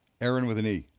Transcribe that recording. erin with an e.